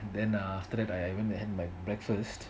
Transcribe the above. then uh after that I went and had my breakfast